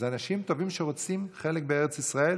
אלה אנשים טובים שרוצים חלק בארץ ישראל.